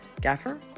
Gaffer